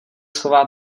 chová